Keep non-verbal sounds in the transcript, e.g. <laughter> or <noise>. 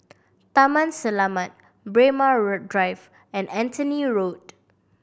Taman Selamat Braemar <unintelligible> Drive and Anthony Road